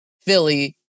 Philly